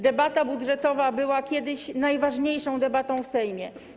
Debata budżetowa była kiedyś najważniejszą debatą w Sejmie.